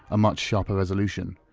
a much sharper resolution.